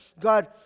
God